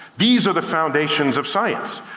these are the foundations of science.